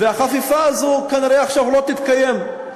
והחפיפה הזו כנראה לא תתקיים עכשיו,